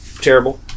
Terrible